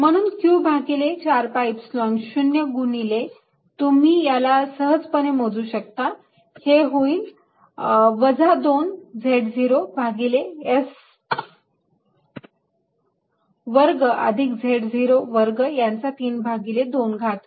म्हणून q भागिले 4 pi Epsilon 0 गुणिले तुम्ही याला सहजतेने मोजू शकता हे येईल वजा 2 z0 भागिले s वर्ग अधिक z0 वर्ग यांचा 32 घात